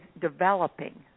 developing